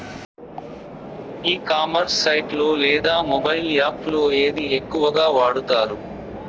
E commerce site లో లేదా mobile app లో ఏది ఎక్కువగా వాడుతారు?